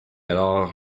alors